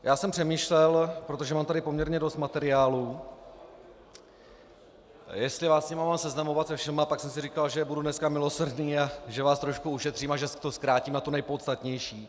Já jsem přemýšlel, protože mám tady poměrně dost materiálů, jestli vás s nimi mám seznamovat se všemi, a pak jsem si říkal, že budu dneska milosrdný a že vás trošku ušetřím a že to zkrátím na to nejpodstatnější.